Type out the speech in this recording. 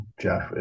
Jeff